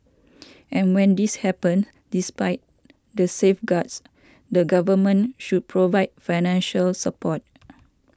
and when this happens despite the safeguards the government should provide financial support